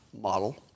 model